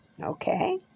Okay